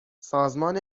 سازمان